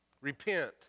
Repent